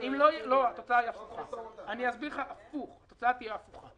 לא, התוצאה תהיה הפוכה.